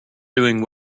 doing